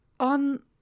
on